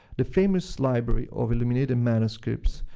the famous library of illuminated manuscripts,